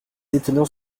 étonnants